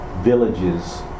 villages